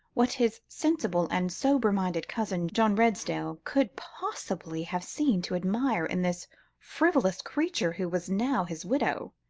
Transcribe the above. what his sensible and sober-minded cousin, john redesdale, could possibly have seen to admire, in this frivolous creature who was now his widow.